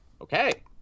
okay